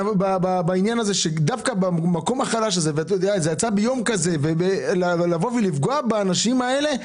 דווקא במקום החלש הזה לבוא ולפגוע באנשים האלה,